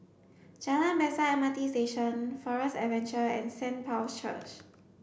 Jalan Besar M R T Station Forest Adventure and Saint Paul's Church